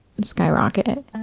skyrocket